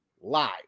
live